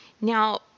Now